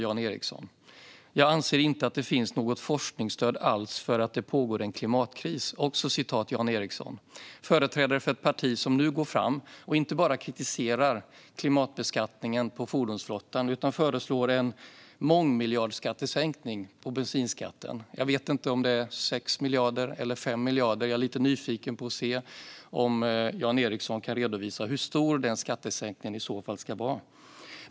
Jag anser inte att det finns något forskningsstöd alls för att det pågår en klimatkris." Detta sa Jan Ericson, företrädare för ett parti som nu går fram och inte bara kritiserar klimatbeskattningen på fordonsflottan utan föreslår en mångmiljardskattesänkning av bensinskatten. Jag vet inte om det är 6 miljarder eller 5 miljarder. Jag är lite nyfiken på att höra om Jan Ericson kan redovisa hur stor den skattesänkningen i så fall ska vara.